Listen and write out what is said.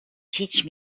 teach